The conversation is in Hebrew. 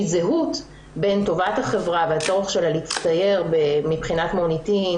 זהות בין טובת החברה והצורך שלה להצטייר מבחינת מוניטין